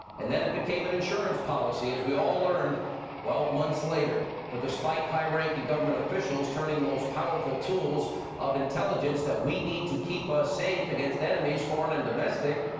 and then it became an insurance policy, as we all learned months later. but despite high-ranking government officials turning the most powerful tools of intelligence that we need to keep us safe against enemies, foreign and domestic,